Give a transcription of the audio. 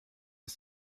ist